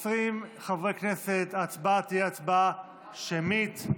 20 חברי כנסת, ההצבעה תהיה הצבעה שמית.